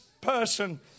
person